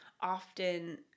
often